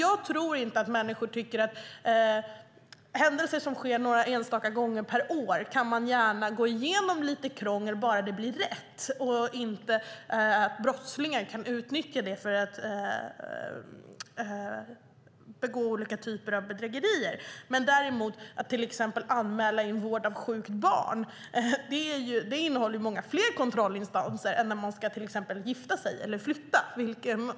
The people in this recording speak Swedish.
Jag tror att människor tycker att man för händelser som sker några enstaka gånger gärna kan gå igenom lite krångel bara det blir rätt så att inte brottslingar kan utnyttja det för att begå olika typer av bedrägerier. Att anmäla vård av sjukt barn innehåller många fler kontrollinstanser än när man till exempel ska gifta sig eller flytta.